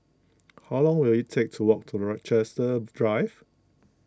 how long will it take to walk to Rochester Drive